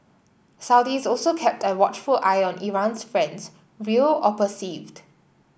Saudis also kept a watchful eye on Iran's friends real or perceived